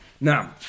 Now